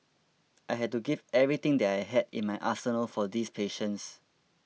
I had to give everything that I had in my arsenal for these patients